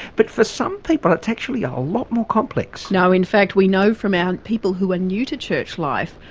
but for some people it's actually a lot more complex. no, in fact we know from our, people who are new to church life,